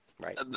Right